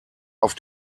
auf